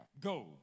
Go